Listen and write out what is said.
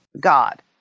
God